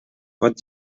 pot